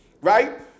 right